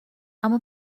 اما